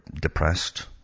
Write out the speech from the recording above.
depressed